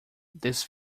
this